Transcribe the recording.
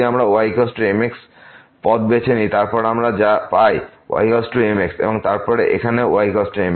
যদি আমরা y mx পথ বেছে নিই তারপর আমরা যা পাই কারণ y mx এবং তারপর এখানেও y mx